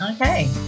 Okay